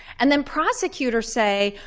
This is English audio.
and then prosecutors say,